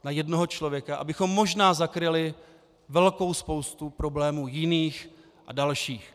Na jednoho člověka, abychom možná zakryli velkou spoustu problémů jiných a dalších.